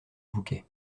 bouquet